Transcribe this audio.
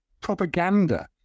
propaganda